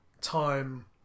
time